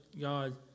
God